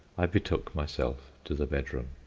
i betook myself to the bedroom.